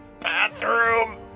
bathroom